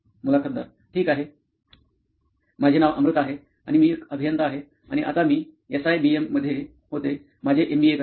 मुलाखतदार ठीक आहे माझे नाव अमृता आहे आणि मी एक अभियंता आहे आणि आता मी एस आइ बी एम मध्ये होते माझें एमबीए करण्यासाठी